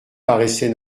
paraissait